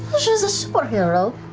yasha's a superhero.